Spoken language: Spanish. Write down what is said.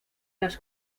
las